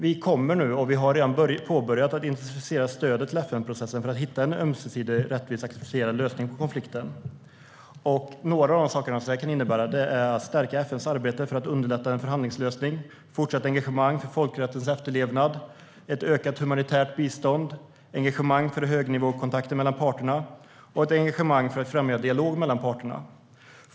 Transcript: Vi har redan påbörjat en intensifiering av stödet till FN-processen för att hitta en ömsesidig, rättvis och accepterad lösning på konflikten. Några av de saker som det kan innebära är att stärka FN:s arbete för att underlätta en förhandlingslösning, fortsatt engagemang för folkrättens efterlevnad, ett ökat humanitärt bistånd, engagemang för högnivåkontakter mellan parterna och ett engagemang för att främja dialog mellan parterna.